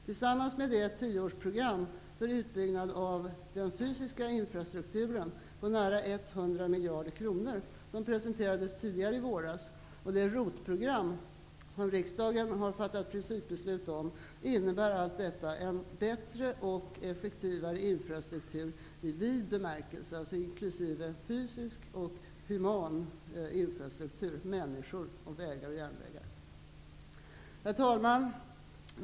Tillsammans med det tioårsprogram för utbyggnad av den fysiska infrastrukturen på nära 100 miljarder kronor, som regeringen presenterade tidigare i våras, och det ROT-program som riksdagen har fattat principbeslut om innebär allt detta en bättre och effektivare infrastruktur i vid bemärkelse, dvs. Herr talman!